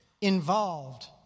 involved